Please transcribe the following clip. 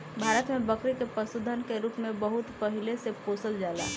भारत में बकरी के पशुधन के रूप में बहुत पहिले से पोसल जाला